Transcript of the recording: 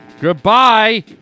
Goodbye